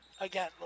Again